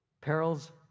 perils